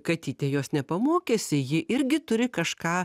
katytė jos nepamokysi ji irgi turi kažką